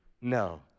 No